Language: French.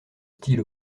style